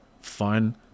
fun